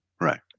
Right